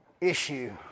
issue